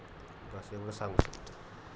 बस एवढं सांगतो